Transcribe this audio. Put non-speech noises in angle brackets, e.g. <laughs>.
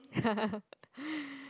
<laughs>